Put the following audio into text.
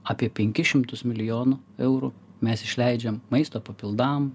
apie penkis šimtus milijonų eurų mes išleidžiam maisto papildam